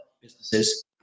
businesses